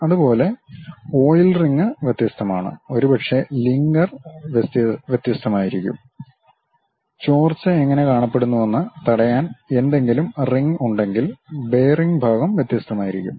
അതുപോലെ oil ring വ്യത്യസ്തമാണ് ഒരുപക്ഷേ ലിംഗർ വ്യത്യസ്തമായിരിക്കും ചോർച്ച എങ്ങനെ കാണപ്പെടുന്നുവെന്ന് തടയാൻ എന്തെങ്കിലും റിംഗ് ഉണ്ടെങ്കിൽ ബെയറിംഗ് ഭാഗം വ്യത്യസ്തമായിരിക്കും